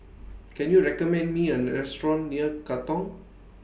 Can YOU recommend Me A Restaurant near Katong